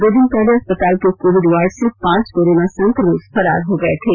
दो दिन पहले अस्पताल के कोविड वार्ड से पांच कोरोना संक्रमित फरार हो गये थे